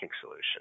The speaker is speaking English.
solution